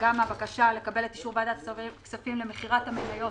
גם הבקשה לקבל את אישור ועדת כספים למכירת המניות